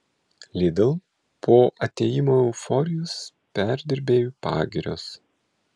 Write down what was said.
lidl po atėjimo euforijos perdirbėjų pagirios